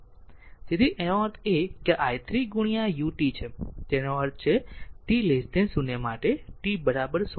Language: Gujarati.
તેથી આનો અર્થ એ છે કે i 3 ut છે તેનો અર્થ છે t 0 માટે t 0